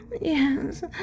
yes